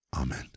Amen